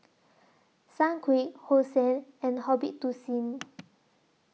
Sunquick Hosen and hobit to Seen